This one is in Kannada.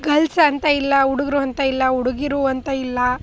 ಗಲ್ಸ್ ಅಂತ ಇಲ್ಲ ಹುಡುಗ್ರು ಅಂತ ಇಲ್ಲ ಹುಡುಗೀರು ಅಂತ ಇಲ್ಲ